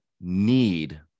need